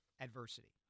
adversity